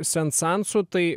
sensansu tai